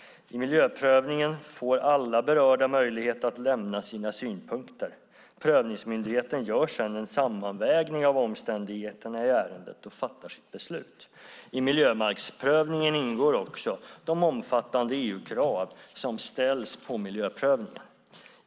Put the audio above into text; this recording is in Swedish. I miljöprövningen får alla berörda möjlighet att lämna sina synpunkter. Prövningsmyndigheten gör sedan en sammanvägning av omständigheterna i ärendet och fattar sitt beslut. I miljöbalksprövningen ingår också de omfattande EU-krav som ställs på miljöprövningen.